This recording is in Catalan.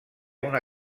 una